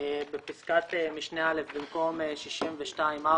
בפסקת משנה (א), במקום "62.4%"